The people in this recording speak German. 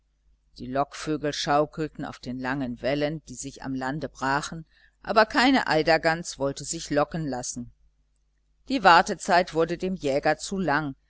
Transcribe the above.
die lockvögel schaukelten auf den langen wellen die sich am lande brachen aber keine eidergans wollte sich locken lassen die wartezeit wurde dem jäger zu lang